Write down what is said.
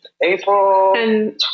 April